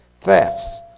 thefts